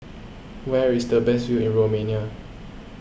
where is the best view in Romania